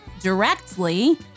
directly